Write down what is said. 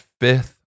fifth